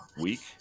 Week